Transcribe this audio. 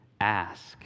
ask